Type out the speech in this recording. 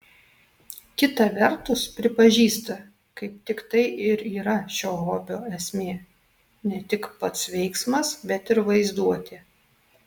kita vertus pripažįsta kaip tik tai ir yra šio hobio esmė ne tik pats veiksmas bet ir vaizduotė